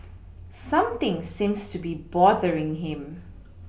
something seems to be bothering him